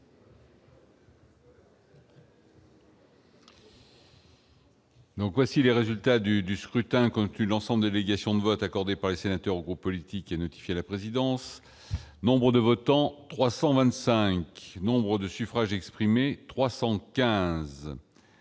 Donc, voici les résultats du du scrutin quand tu l'ensemble délégation de vote accordé par les sénateurs ou politique et notifié la présidence. Nombre de votants : 325 Nombre de suffrages exprimés 315